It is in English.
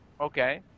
okay